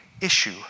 issue